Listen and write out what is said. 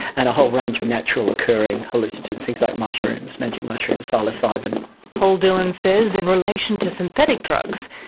and a whole range of natural occurring hallucinogens, things like mushrooms, magic mushrooms, psilocybin. paul dillon says in relation to synthetic drugs,